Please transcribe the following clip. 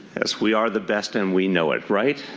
yes, we are the best and we know it, right?